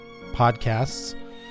podcasts